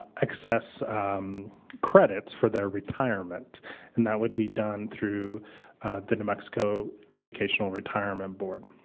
excess credits for their retirement and that would be done through the new mexico educational retirement board.